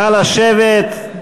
נא לשבת,